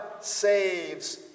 saves